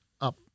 up